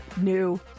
new